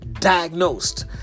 diagnosed